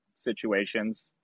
situations